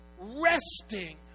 resting